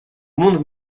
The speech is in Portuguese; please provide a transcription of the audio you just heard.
mundo